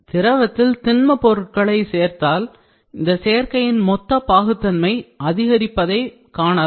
திரவத்தில் திண்மப் பொருட்களை சேர்த்தால் இந்த சேர்க்கையின் மொத்த பாகுத்தன்மை அதிகரிப்பதை காணலாம்